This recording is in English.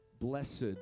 Blessed